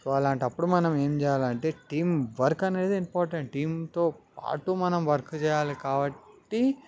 అలాంటప్పుడు మనము ఏం చేయాలి అంటే టీంవర్క్ అనేది ఇంపార్టెంట్ టీంతోపాటు మనం వర్క్ చెయ్యాలి కాబట్టి